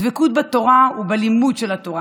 דבקות בתורה ובלימוד של התורה,